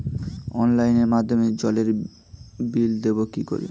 অফলাইনে মাধ্যমেই জলের বিল দেবো কি করে?